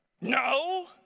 No